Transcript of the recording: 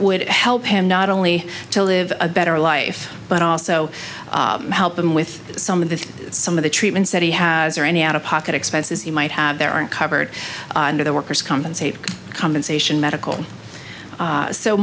would help him not only to live a better life but also help him with some of the some of the treatments that he has or any out of pocket expenses he might have there aren't covered under the workers compensation compensation medical